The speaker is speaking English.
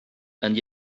and